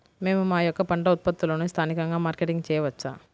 మేము మా యొక్క పంట ఉత్పత్తులని స్థానికంగా మార్కెటింగ్ చేయవచ్చా?